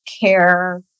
care